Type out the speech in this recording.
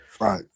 Right